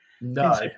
No